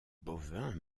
bovins